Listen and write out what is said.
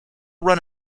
run